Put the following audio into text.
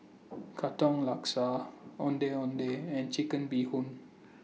Katong Laksa Ondeh Ondeh and Chicken Bee Hoon